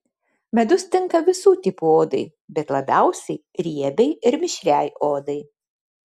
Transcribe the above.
medus tinka visų tipų odai bet labiausiai riebiai ir mišriai odai